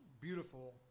beautiful